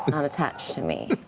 not attached to me.